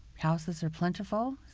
houses are plentiful.